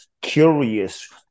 curious